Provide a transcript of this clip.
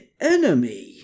enemy